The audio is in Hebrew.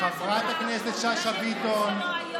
חברת הכנסת שאשא ביטון,